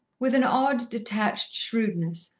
with an odd, detached shrewdness,